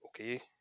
Okay